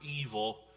evil